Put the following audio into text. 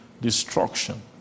destruction